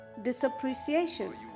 disappreciation